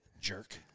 Jerk